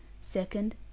second